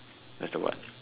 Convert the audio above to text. as the what